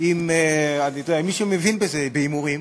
עם מי שמבין בזה, בהימורים,